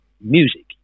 music